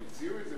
הם הציעו את זה